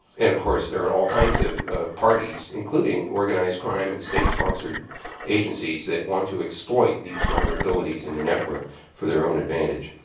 and, of course, there are all kinds of parties, including organized crime and state-sponsored agencies, that want to exploit these vulnerabilities in the network for their own advantage.